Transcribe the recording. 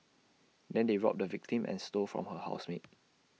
then they robbed the victim and stole from her housemate